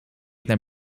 naar